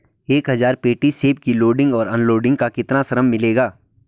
एक हज़ार पेटी सेब की लोडिंग और अनलोडिंग का कितना श्रम मिलेगा?